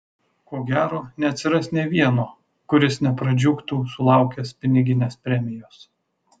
ko gero neatsiras nė vieno kuris nepradžiugtų sulaukęs piniginės premijos